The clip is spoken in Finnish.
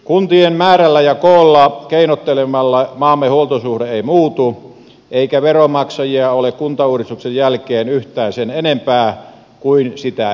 kuntien määrällä ja koolla keinottelemalla maamme huoltosuhde ei muutu eikä veronmaksajia ole kuntauudistuksen jälkeen yhtään sen enempää kuin sitä ennenkään